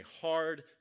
hard